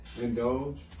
Indulge